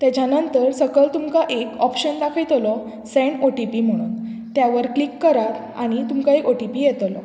तेच्या नंतर सकयल तुमकां एक ऑप्शन दाखयतलो सेंड ओ टी पी म्हणून त्या वर क्लीक करात आनी तुमकां एक ओ टी पी येतलो